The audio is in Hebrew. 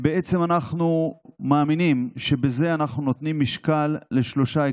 אנחנו מאמינים שבזה אנחנו נותנים משקל לשלושה עקרונות: